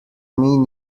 mean